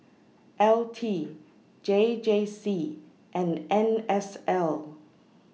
L T J J C and N S L